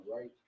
right